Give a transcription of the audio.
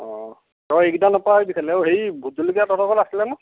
অঁ তই এইকেইটা নাপাহৰিবি খালী আৰু হেৰি ভোট জলকীয়া তহঁতৰ ঘৰত আছিলে ন